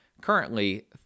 currently